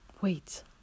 wait